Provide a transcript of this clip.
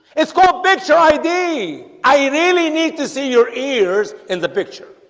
it's called picture id. i really need to see your ears in the picture